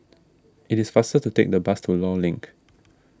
it is faster to take the bus to Long Link